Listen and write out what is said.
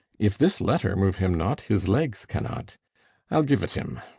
if this letter move him not, his legs cannot i'll give t him.